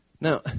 Now